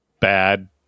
bad